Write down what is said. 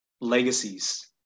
legacies